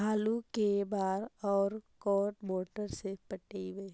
आलू के बार और कोन मोटर से पटइबै?